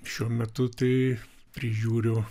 šiuo metu tai prižiūriu